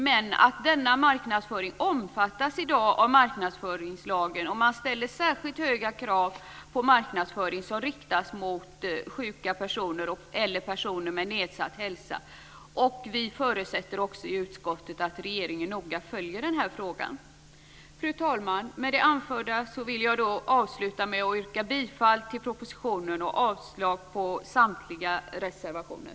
Men denna marknadsföring omfattas i dag av marknadsföringslagen, och det ställs särskilt höga krav på marknadsföring som riktas mot sjuka personer eller personer med nedsatt hälsa. Utskottet förutsätter att regeringen noga följer frågan. Fru talman! Med det anförda vill jag avsluta med att yrka bifall till propositionen och avslag på samtliga reservationer.